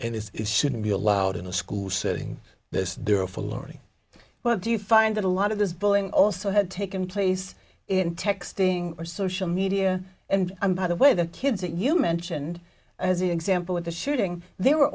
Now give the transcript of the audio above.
and this is shouldn't be allowed in a school setting as there are for learning but do you find that a lot of this bullying also had taken place in texting or social media and i'm by the way the kids that you mentioned as example in the shooting there were